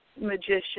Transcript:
magician